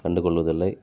கண்டு கொள்வதில்லை